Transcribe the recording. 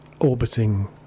orbiting